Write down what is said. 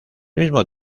mismo